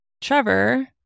Trevor